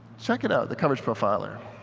check it out, the coverage profiler.